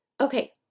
Okay